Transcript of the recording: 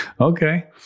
Okay